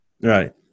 right